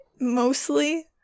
Mostly